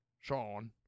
Sean